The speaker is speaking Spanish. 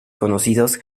conocidos